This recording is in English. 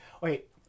wait